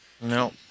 No